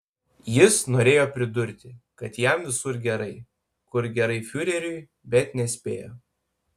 jis norėjo pridurti kad jam visur gerai kur gerai fiureriui bet nespėjo